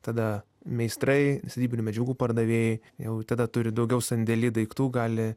tada meistrai statybinių medžiagų pardavėjai jau tada turi daugiau sandėly daiktų gali